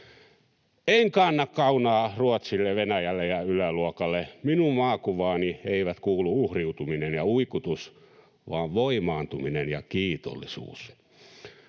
En kanna kaunaa Ruotsille, Venäjälle ja yläluokalle. Minun maakuvaani eivät kuulu uhriutuminen ja uikutus vaan voimaantuminen ja kiitollisuus.